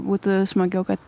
būtų smagiau kad